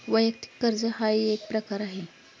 वैयक्तिक कर्ज हाही एक प्रकार आहे